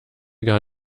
gar